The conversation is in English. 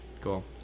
Cool